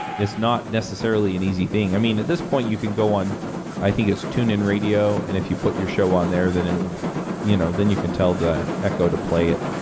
it's not necessarily an easy thing. i mean, at this point, you can go on i think it's tunein radio, and if you put your show on their, then and you know then you can tell the echo to play it,